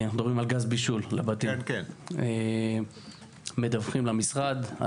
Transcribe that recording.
אנחנו מדברים על גז בישול לבתים מדווחים למשרד על